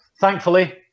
thankfully